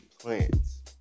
plants